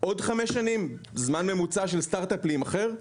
חמש שנים זה הזמן הממוצע של סטרטאפ להימכר,